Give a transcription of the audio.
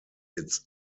its